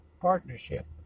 partnership